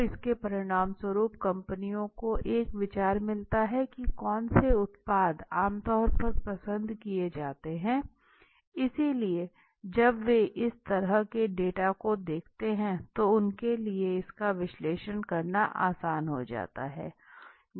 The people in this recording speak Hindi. तो इसके परिणामस्वरूप कंपनियों को एक विचार मिलता है कि कौन से उत्पाद आम तौर पर पसंद किए जाते हैं इसलिए जब वे इस तरह के डेटा को देखते हैं तो उनके लिए इसका विश्लेषण करना आसान हो जाता है